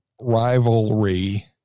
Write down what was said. rivalry